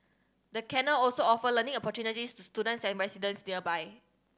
the canal also offer learning opportunities to students and residents nearby